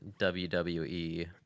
WWE